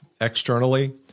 externally